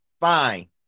fine